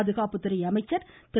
பாதுகாப்புத்துறை அமைச்சர் திரு